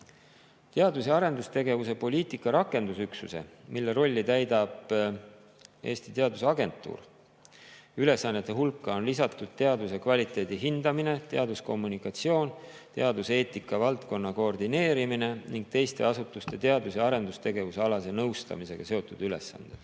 Teadus- ja arendustegevuse poliitika rakendusüksuse rolli täidab Eesti Teadusagentuur, mille ülesannete hulka on lisatud teaduse kvaliteedi hindamine, teaduskommunikatsioon, teaduseetika valdkonna koordineerimine ning teiste asutuste teadus- ja arendustegevuse alase nõustamisega seotud ülesanded.